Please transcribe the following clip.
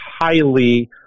highly